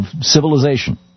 civilization